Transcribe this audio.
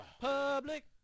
public –